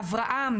אברהם,